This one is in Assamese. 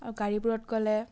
আৰু গাড়ীবোৰত গ'লে